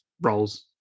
roles